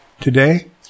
Today